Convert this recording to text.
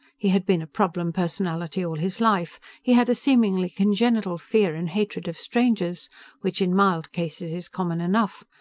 he had been a problem personality all his life. he had a seemingly congenital fear and hatred of strangers which in mild cases is common enough,